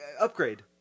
Upgrade